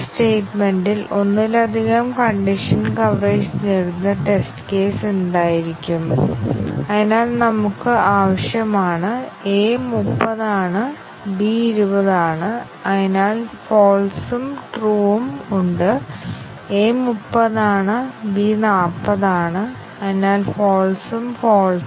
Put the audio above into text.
statement കവറേജിന്റെ പ്രശ്നവും ഒരു പ്രസ്താവന നിരീക്ഷിക്കുന്നതിലൂടെ ഒരു ഇൻപുട്ടിന് നന്നായി പ്രവർത്തിക്കുന്നു എന്നത് അതിന് ഉറപ്പ് നൽകുന്നില്ല എന്നതാണ് മറ്റ് ഇൻപുട്ടുകൾക്കും ഇത് പ്രവർത്തിക്കും എന്നാൽ ചുരുങ്ങിയത് ആ പ്രസ്താവനയെങ്കിലും ഇൻപുട്ടുകളിലൊന്ന് നന്നായി പ്രവർത്തിക്കുന്നുവെന്ന് നിങ്ങൾക്കറിയാമായിരുന്നു